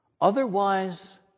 Otherwise